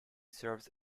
served